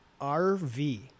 RV